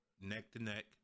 neck-to-neck